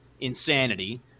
insanity